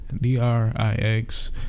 D-R-I-X